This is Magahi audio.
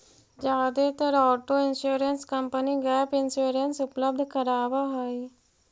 जादेतर auto insurance company gap insurance उपलब्ध करावऽ हई